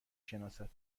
شناسد